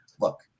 look